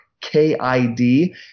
k-i-d